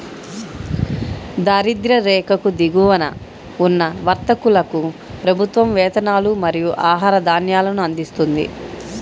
దారిద్య్ర రేఖకు దిగువన ఉన్న వ్యక్తులకు ప్రభుత్వం వేతనాలు మరియు ఆహార ధాన్యాలను అందిస్తుంది